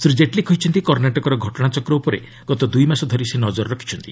ଶ୍ରୀ ଜେଟ୍ଲୀ କହିଛନ୍ତି କର୍ଷାଟକର ଘଟଣାଚକ୍ର ଉପରେ ଗତ ଦୁଇ ମାସ ଧରି ସେ ନଜର ରଖିଛନ୍ତି